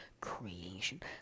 creation